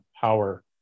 power